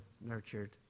nurtured